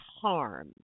harm